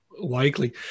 likely